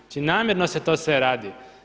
Znači namjerno se to sve radi.